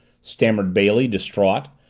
stammered bailey, distraught,